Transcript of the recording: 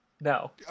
No